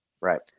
Right